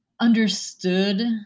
understood